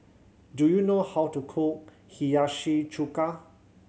do you know how to cook Hiyashi Chuka